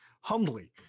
Humbly